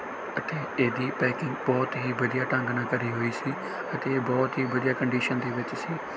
ਅਤੇ ਇਹਦੀ ਪੈਕਿੰਗ ਬਹੁਤ ਹੀ ਵਧੀਆ ਢੰਗ ਨਾਲ ਕਰੀ ਹੋਈ ਸੀ ਅਤੇ ਇਹ ਬਹੁਤ ਹੀ ਵਧੀਆ ਕੰਡੀਸ਼ਨ ਦੇ ਵਿੱਚ ਸੀ